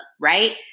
Right